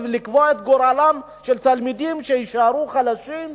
לקבוע את גורלם של תלמידים שיישארו חלשים,